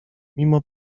mimo